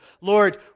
Lord